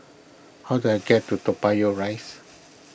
how do I get to Toa Payoh Rise